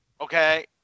Okay